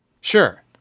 Sure